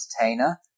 entertainer